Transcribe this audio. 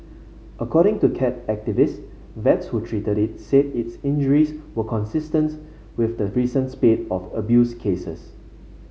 according to cat activists vets who treated it said its injuries were consistence with the recent spate of abuse cases